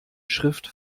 schrift